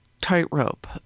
tightrope